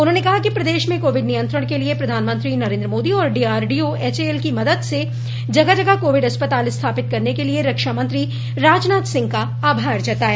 उन्होंने कहा कि प्रदेश में कोविड नियंत्रण के लिये प्रधानमंत्री नरेंद्र मोदी और डीआरडीओ एचएएल की मदद से जगह जगह कोविड अस्पताल स्थापति करने के लिये रक्षामंत्री राजनाथ सिंह का आभार जताया